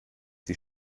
die